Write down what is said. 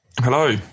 Hello